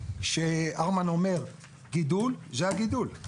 כשארמן מדבר על גידול, זה הגידול.